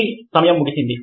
మీ సమయం ముగిసింది